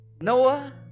Noah